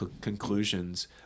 conclusions